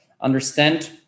understand